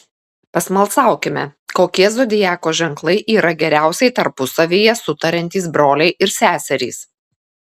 pasmalsaukime kokie zodiako ženklai yra geriausiai tarpusavyje sutariantys broliai ir seserys